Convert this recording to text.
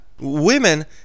Women